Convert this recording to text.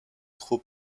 trop